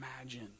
imagine